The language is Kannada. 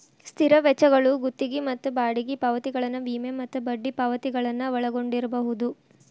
ಸ್ಥಿರ ವೆಚ್ಚಗಳು ಗುತ್ತಿಗಿ ಮತ್ತ ಬಾಡಿಗಿ ಪಾವತಿಗಳನ್ನ ವಿಮೆ ಮತ್ತ ಬಡ್ಡಿ ಪಾವತಿಗಳನ್ನ ಒಳಗೊಂಡಿರ್ಬಹುದು